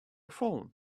phone